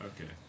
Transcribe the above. okay